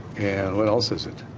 what else is it?